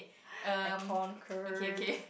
I concurred